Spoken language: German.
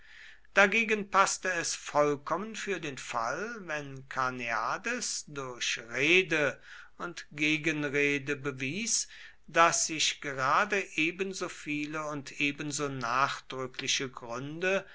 dagegen paßte es vollkommen für den fall wenn karneades durch rede und gegenrede bewies daß sich gerade ebenso viele und ebenso nachdrückliche gründe